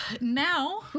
now